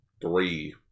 three